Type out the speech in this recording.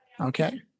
Okay